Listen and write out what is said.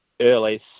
early